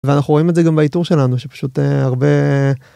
ואנחנו רואים את זה גם באיתור שלנו שפשוט הרבה.